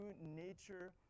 nature